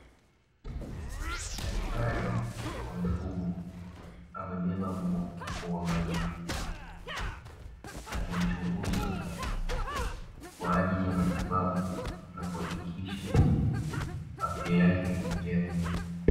Daktari wa mifugo amembeba mbwa kwa uangalifu, akimchunguza kwa ajili ya matibabu na kuhakikisha afya yake ni njema.